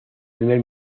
primer